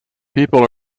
people